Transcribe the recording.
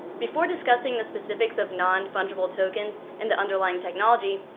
before discussing the specifics of non-fungible tokens and the underlying technology,